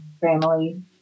family